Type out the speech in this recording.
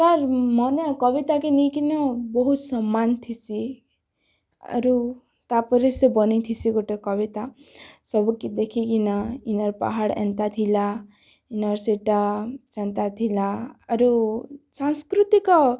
ତା'ର୍ମାନେ କବିତାକେ ନେଇକିନା ବହୁତ୍ ସମ୍ମାନ୍ ଥିସି ଆରୁ ତା'ର୍ପରେ ସେ ବନେଇଥିସି ଗୁଟେ କବିତା ସବୁକେ ଦେଖିକିନା ଇନର୍ ପାହାଡ଼୍ ଏନ୍ତା ଥିଲା ଇନର୍ ସେଟା ସେନ୍ତା ଥିଲା ଆରୁ ସାଂସ୍କୃତିକ